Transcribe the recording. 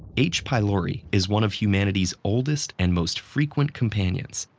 h. pylori is one of humanity's oldest and most frequent companions,